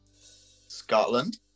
scotland